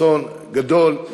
אסון גדול,